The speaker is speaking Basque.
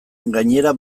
gainera